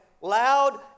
loud